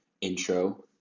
intro